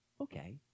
Okay